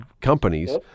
companies